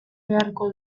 beharko